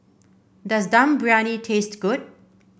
does Dum Briyani taste good